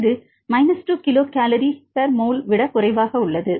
இது 2 kilocalmol விட குறைவாக உள்ளது